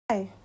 Hi